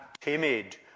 timid